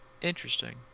Interesting